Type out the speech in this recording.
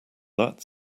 that